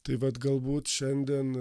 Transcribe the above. tai vat galbūt šiandien